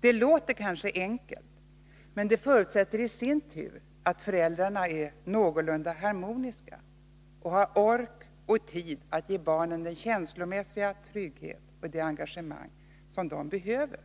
Det låter kanske enkelt, men det förutsätter i sin tur att föräldrarna är någorlunda harmoniska och har ork och tid att ge barnen den känslomässiga trygghet och det engagemang som de behöver.